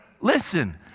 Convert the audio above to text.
Listen